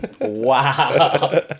Wow